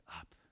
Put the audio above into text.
up